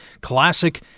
classic